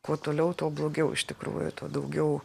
kuo toliau tuo blogiau iš tikrųjų tuo daugiau